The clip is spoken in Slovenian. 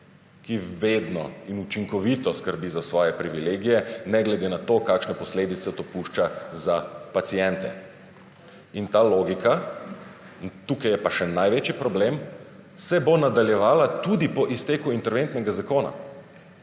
ki vedno in učinkovito skrbi za svoje privilegije, ne glede na to, kakšne posledice to pušča za paciente. In ta logika, in tukaj je pa še največji problem, se bo nadaljevala tudi po izteku interventnega zakona.